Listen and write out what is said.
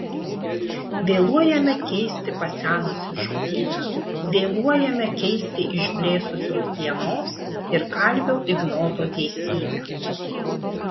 vėluojame keisti pasenusį žodyną vėluojame keisti išblėsusios dienos ir kalvio ignoto teisybę